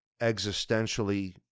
existentially